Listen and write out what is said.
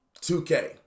2K